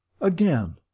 Again